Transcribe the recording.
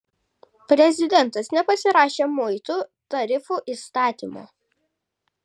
prezidentas nepasirašė muitų tarifų įstatymo